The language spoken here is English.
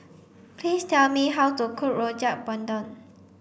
please tell me how to cook Rojak Bandung